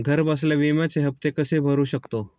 घरबसल्या विम्याचे हफ्ते कसे भरू शकतो?